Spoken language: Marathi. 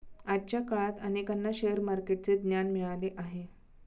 आजच्या काळात अनेकांना शेअर मार्केटचे ज्ञान मिळाले आहे